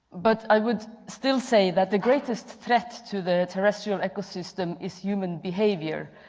but, i would still say that the greatest threat to the terrestrial ecosystem is human behavior.